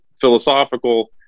philosophical